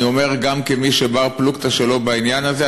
ואני אומר את זה גם כמי שהוא בר-פלוגתא שלו בעניין הזה,